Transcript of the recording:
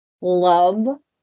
love